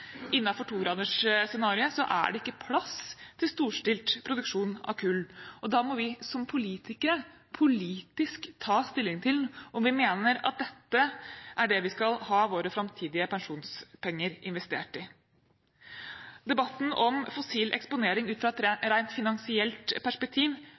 togradersscenarioet er det ikke plass til storstilt produksjon av kull, og da må vi som politikere politisk ta stilling til om vi mener at dette er det vi skal ha våre framtidige pensjonspenger investert i. Debatten om fossil eksponering ut fra et rent finansielt perspektiv